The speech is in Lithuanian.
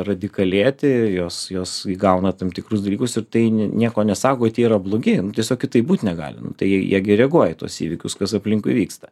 radikalėti jos jos įgauna tam tikrus dalykus ir tai nieko nesako kad jie yra blogi nu tiesiog kitaip būt negali nu tai jie jie gi reaguoja į tuos įvykius kas aplinkui vyksta